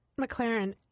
McLaren